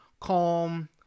calm